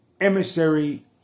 emissary